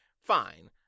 Fine